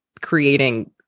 creating